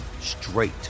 straight